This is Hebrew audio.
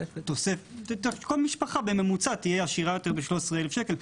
כל משפחה בממוצע תהיה עשירה יותר ב-13,000 שקל.